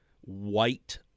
white